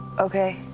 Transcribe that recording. okay.